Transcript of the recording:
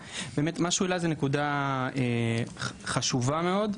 ראובן, זו נקודה חשובה מאוד.